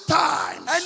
times